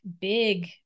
big